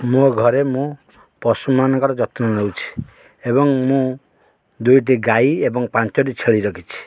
ମୋ ଘରେ ମୁଁ ପଶୁମାନଙ୍କର ଯତ୍ନ ନଉଛି ଏବଂ ମୁଁ ଦୁଇଟି ଗାଈ ଏବଂ ପାଞ୍ଚଟି ଛେଳି ରଖିଛି